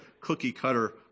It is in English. cookie-cutter